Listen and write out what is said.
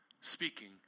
speaking